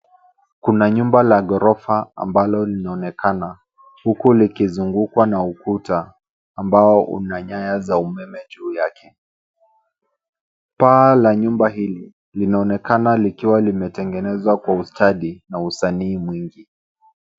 Kuna nyumba la ghorofa ambalo linaonekana, huku likizungukwa na ukuta ambao una nyaya za umeme juu yake. Paa la nyumba hili linaonekana likiwa limetengenezwa kwa ustadi na usanii mwingi.